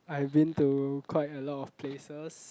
I've been to quite a lot of places